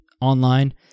online